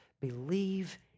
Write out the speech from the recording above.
believe